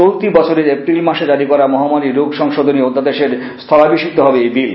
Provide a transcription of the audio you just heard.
চলতি বছরের এপ্রিল মাসে জারি করা মহামারি রোগ সংশোধনী অধ্যাদেশের স্হলাভিষিক্ত হবে এই বিল